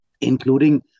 including